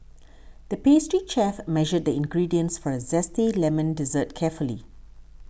the pastry chef measured the ingredients for a Zesty Lemon Dessert carefully